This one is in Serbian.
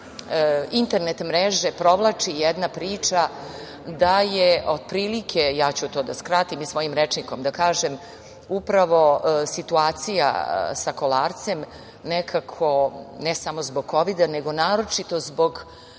internet mreže provlači jedna priča da je, otprilike, ja ću to da skratim i svojim rečnikom da kažem, upravo situacija sa Kolarcem nekako, ne samo zbog Kovida, nego naročito zbog